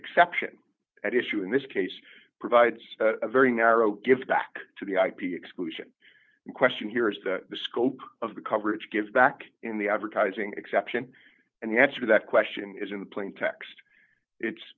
exception at issue in this case provides a very narrow gets back to the ip exclusion question here is the scope of the coverage give back in the advertising exception and the answer to that question is in plain text it's